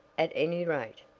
at any rate,